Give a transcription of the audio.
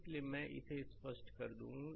इसलिए मैं इसे स्पष्ट कर दूं